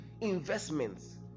investments